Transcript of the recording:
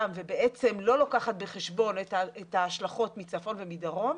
ובעצם לא לוקחת בחשבון את ההשלכות מצפון ומדרום,